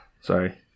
Sorry